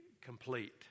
complete